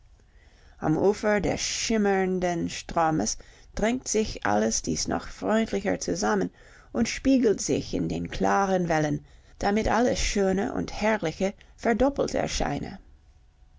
am ufer des schimmernden stromes drängt sich alles dies noch freundlicher zusammen und spiegelt sich in den klaren wellen damit alles schöne und herrliche verdoppelt erscheine